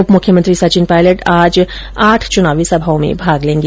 उपमुख्यमंत्री सचिन पायलट आज आठ चुनावी सभाओं में भाग लेंगे